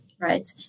right